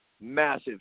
Massive